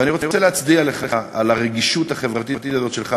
ואני רוצה להצדיע לך על הרגישות החברתית הזאת שלך.